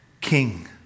king